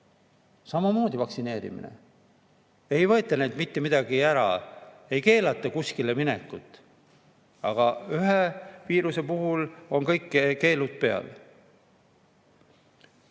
samamoodi vaktsineerimine. Neilt ei võeta mitte midagi ära, neil ei keelata kuskile minekut. Aga ühe viiruse puhul on kõik keelud peal.